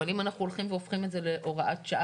אבל אם אנחנו הולכים והופכים את זה להוראת קבע,